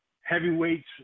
heavyweights